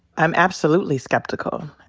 i'm absolutely skeptical.